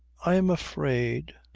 i am afraid.